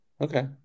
Okay